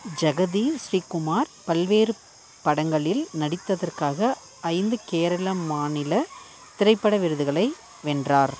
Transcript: ஜெகதி ஸ்ரீகுமார் பல்வேறு படங்களில் நடித்ததற்காக ஐந்து கேரளா மாநில திரைப்பட விருதுகளை வென்றார்